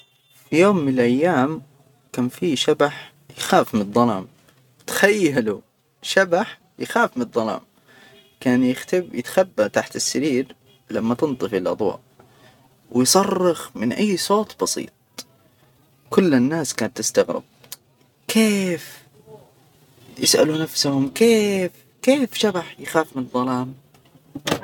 في يوم من الأيام كان في شبح يخاف من الظلام. تخيلوا شبح يخاف من الظلام، كان يختب. يتخبى تحت السرير، لما تنطفي الأضواء ويصرخ من أي صوت بسيط. كل الناس كانت تستغرب. كيف؟ يسألون نفسهم كيف؟ كيف شبح يخاف من الظلام؟